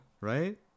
right